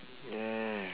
yeah